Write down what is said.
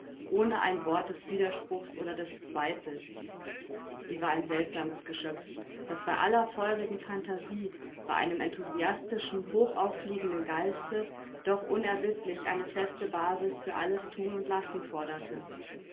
ohne ein wort des widerspruchs oder des zweifels sie war ein seltsames geschöpf das bei aller feurigen phantasie bei einem enthusiastischen hochauffliegenden geiste doch unerbittlich eine feste basis für alles thun und lassen forderte